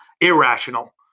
irrational